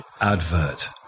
advert